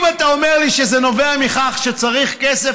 אם אתה אומר לי שזה נובע מכך שצריך כסף,